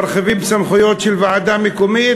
מרחיבים את הסמכויות של ועדה מקומית.